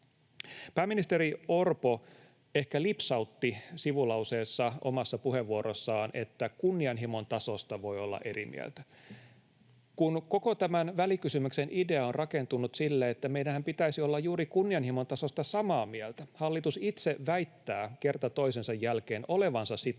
Pääministeri Orpo ehkä lipsautti sivulauseessa omassa puheenvuorossaan, että kunnianhimon tasosta voi olla eri mieltä — kun koko tämän välikysymyksen idea on rakentunut sille, että meidänhän pitäisi olla juuri kunnianhimon tasosta samaa mieltä. Hallitus itse väittää kerta toisensa jälkeen olevansa sitoutunut